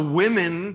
women